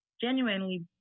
genuinely